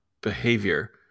behavior